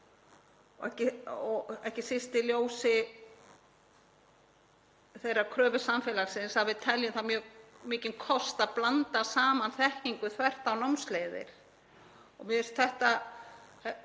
ekki síst í ljósi þeirrar kröfu samfélagsins að við teljum mjög mikinn kost að blanda saman þekkingu þvert á námsleiðir. Ég hef skilið